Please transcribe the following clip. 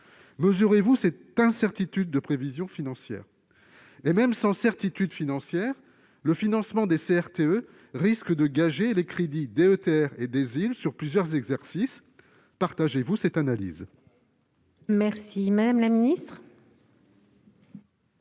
Mesurez-vous cette incertitude en matière de prévisions financières ? Même sans incertitude financière, le financement des CRTE risque de gager les crédits DETR et DSIL sur plusieurs exercices. Partagez-vous cette analyse ? La parole est à Mme la ministre.